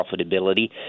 profitability